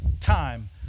time